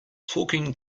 talking